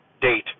date